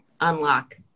unlock